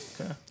Okay